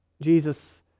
Jesus